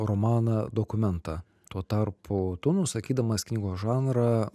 romaną dokumentą tuo tarpu tu nusakydamas knygos žanrą